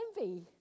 envy